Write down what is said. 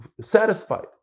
satisfied